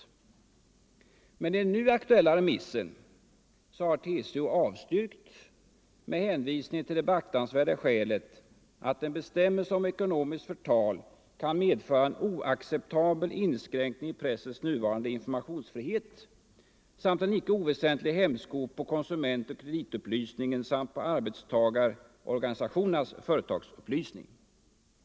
I den nu aktuella remissen har emellertid TCO avstyrkt förslaget med hänvisning till det beaktansvärda skälet att ”en bestämmelse om ekonomiskt förtal kan medföra en oacceptabel inskränkning i pressens nuvarande informationsfrihet samt en icke oväsentlig hämsko på konsumentoch kreditupplysningen samt på arbetstagarorganisationernas företagsupplysning”.